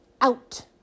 out